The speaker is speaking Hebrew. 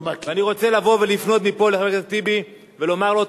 ואני רוצה לבוא ולפנות מפה לחבר הכנסת טיבי ולומר לו,